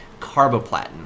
carboplatin